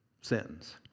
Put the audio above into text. sentence